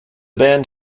band